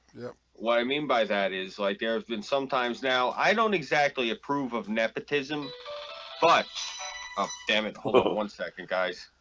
well i mean by that is like there's been some times now. i don't exactly approve of nepotism but um um and hold on one second guys.